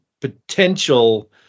potential